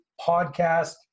Podcast